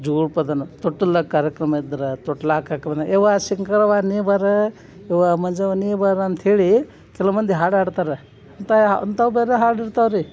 ಜೋಗುಳ ಪದನೂ ತೊಟ್ಟಲ್ದಾಗ ಕಾರ್ಯಕ್ರಮ ಇದ್ರೆ ತೊಟ್ಲು ಹಾಕಕ್ ಬಂದ್ರೆ ಅವ್ವಾ ಶಂಕ್ರವ್ವ ನೀ ಬಾರೆ ಅವ್ವಾ ಮಂಜವ್ವ ನೀ ಬಾರೆ ಅಂತ ಹೇಳಿ ಕೆಲವು ಮಂದಿ ಹಾಡು ಹಾಡ್ತರ ಅಂತಾಯ ಅಂಥವು ಬೇರೆ ಹಾಡು ಇರ್ತಾವೆ ರೀ